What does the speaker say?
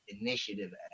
Initiative